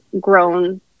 grown